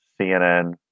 CNN